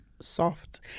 soft